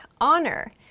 honor